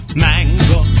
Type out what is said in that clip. mango